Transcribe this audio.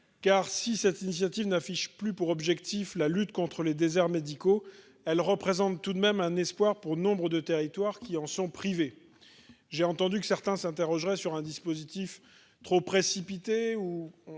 Car si cette initiative n'affiche plus pour objectif la lutte contre les déserts médicaux, elle représente tout de même un espoir pour nombre de territoires qui en sont privés, j'ai entendu que certains s'interrogerait sur un dispositif trop précipité